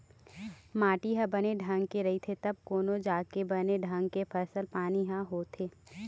माटी ह बने ढंग के रहिथे तब कोनो जाके बने ढंग के फसल पानी ह होथे